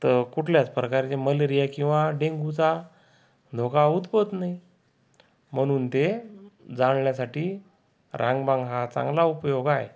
कुठल्याच प्रकारचे मलेरिया किंवा डेंग्यूचा धोका उत्पत नाही म्हणून ते जाळण्यासाठी रांग बांग हा चांगला उपयोग आहे